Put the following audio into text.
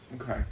Okay